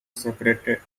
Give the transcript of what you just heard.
separate